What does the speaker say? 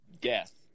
death